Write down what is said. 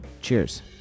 cheers